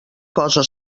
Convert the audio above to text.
cosa